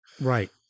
Right